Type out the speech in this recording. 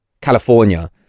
California